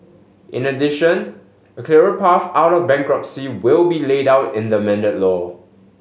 in addition a clearer path out of bankruptcy will be laid out in the amended law